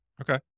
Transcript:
Okay